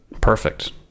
Perfect